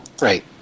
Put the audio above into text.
Right